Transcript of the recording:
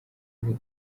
ubu